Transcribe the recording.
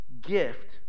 gift